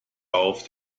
auf